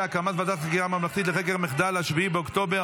הקמת ועדת חקירה ממלכתית לחקר מחדל 7 באוקטובר,